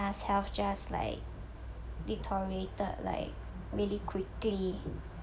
must have just like deteriorated like really quickly